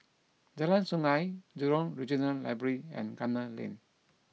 Jalan Sungei Jurong Regional Library and Gunner Lane